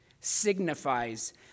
signifies